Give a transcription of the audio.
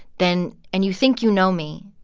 then and you think you know me,